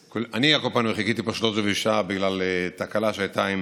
אני על כל פנים חיכיתי פה שלושת רבעי השעה בגלל תקלה שהייתה עם